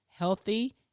Healthy